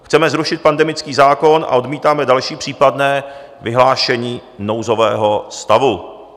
Chceme zrušit pandemický zákon a odmítáme další případné vyhlášení nouzového stavu.